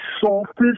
softest